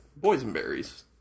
boysenberries